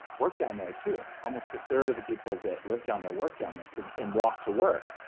work down there too. almost a third of the people that live down there, work down there so and walk to work.